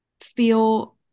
feel